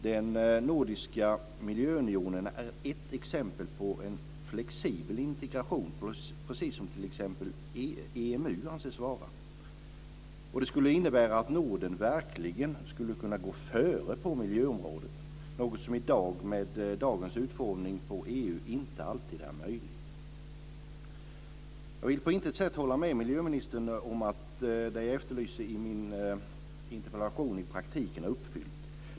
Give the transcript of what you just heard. Den nordiska miljöunionen är ett exempel på en flexibel integration, precis som t.ex. EMU anses vara. Det skulle innebära att Norden verkligen skulle kunna gå före på miljöområdet, något som med dagens utformning av EU inte alltid är möjligt. Jag vill på intet sätt hålla med miljöministern om att det jag efterlyser i min interpellation i praktiken är uppfyllt.